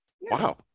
Wow